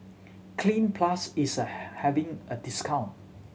Cleanz Plus is having a discount